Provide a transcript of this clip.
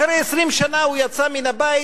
אחרי 20 שנה הוא יצא מן הבית,